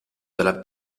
della